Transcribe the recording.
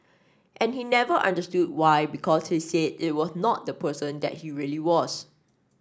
and he never understood why because he said it was not the person that he really was